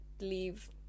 leave